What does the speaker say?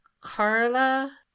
Carla